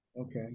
Okay